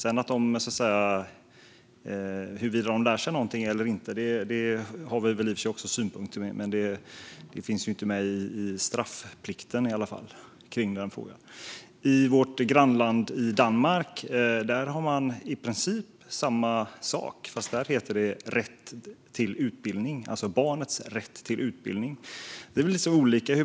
Huruvida barnen lär sig något eller inte har vi väl i och för sig också synpunkter på, men det finns i alla fall inte något straff som har med det att göra. I vårt grannland Danmark har man i princip samma sak, men där heter det rätt till utbildning, alltså barnets rätt till utbildning.